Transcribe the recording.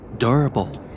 durable